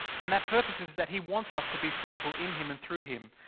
and that purpose is that he wants us to be fruitful in him and through him.